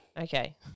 Okay